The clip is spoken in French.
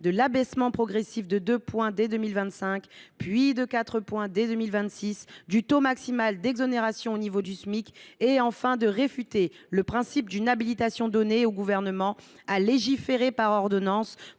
de l’abaissement progressif de deux points, dès 2025, puis de quatre points, dès 2026, du taux maximal d’exonération au niveau du Smic et, enfin, de réfuter le principe d’une habilitation donnée au Gouvernement à légiférer par ordonnance